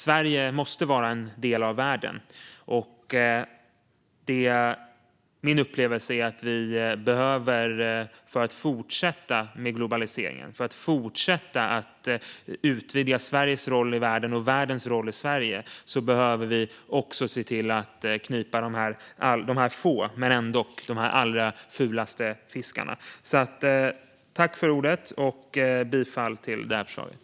Sverige måste vara en del av världen, och min upplevelse är att vi för att fortsätta med globaliseringen och fortsätta utvidga Sveriges roll i världen och världens roll i Sverige också behöver se till att knipa de allra fulaste fiskarna. Jag yrkar bifall till förslaget.